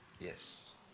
Yes